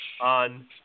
on